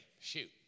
Shoot